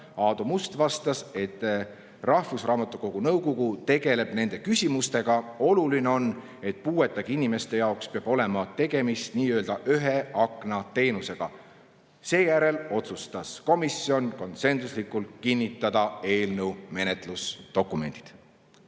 Aadu Must vastas, et rahvusraamatukogu nõukogu tegeleb nende küsimustega. Oluline on, et puuetega inimeste jaoks peab olema tegemist nii‑öelda ühe akna teenusega. Seejärel otsustas komisjon konsensuslikult eelnõu menetlusdokumendid